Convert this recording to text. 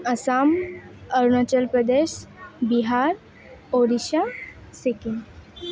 Assam Arunachal Pradesh Bihar Orissa Sikkim